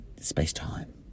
space-time